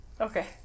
Okay